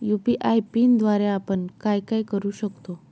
UPI पिनद्वारे आपण काय काय करु शकतो?